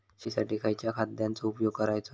शेळीसाठी खयच्या खाद्यांचो उपयोग करायचो?